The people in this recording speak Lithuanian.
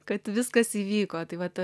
kad viskas įvyko tai vat